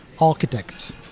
architects